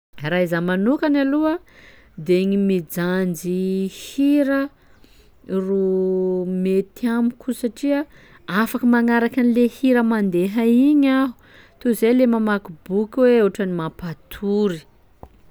Raha izaho manokany aloha de gny mijanjy hira ro mety amiko satria afaky magnaraky an'le hira mandeha igny aho toy zay le mamaky boky hoe ohatran'ny mampatory.